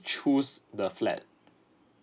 choose the flat